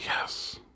Yes